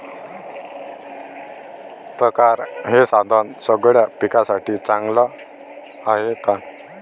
परकारं हे साधन सगळ्या पिकासाठी चांगलं हाये का?